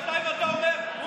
שנתיים, אתה אומר?